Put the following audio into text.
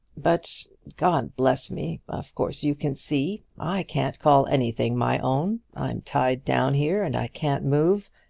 but god bless me of course you can see. i can't call anything my own. i'm tied down here and i can't move.